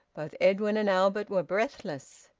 both edwin and albert were breathless.